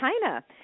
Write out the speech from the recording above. China